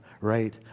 right